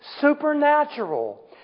supernatural